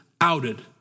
outed